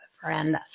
friend